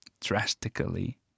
drastically